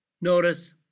notice